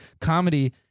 Comedy